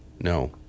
no